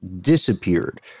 disappeared